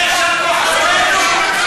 אתם יצרתם אותם,